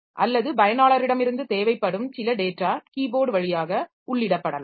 அல்லது பயனாளரிடமிருந்து தேவைப்படும் சில டேட்டா கீபோர்ட் வழியாக உள்ளிடப்படலாம்